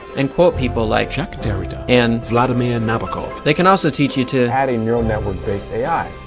and quote people like, jacques derrida and vladimir nabokov. they can also teach you to, add a neural network based ai.